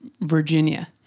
Virginia